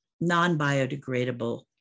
non-biodegradable